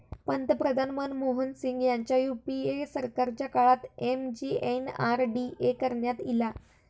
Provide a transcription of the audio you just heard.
पंतप्रधान मनमोहन सिंग ह्यांच्या यूपीए सरकारच्या काळात एम.जी.एन.आर.डी.ए करण्यात ईला